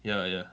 ya ya